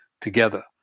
together